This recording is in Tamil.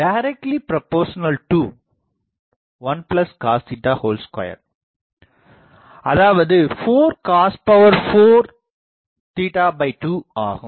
P1cos 2 அதாவது 4 cos 4 2 ஆகும்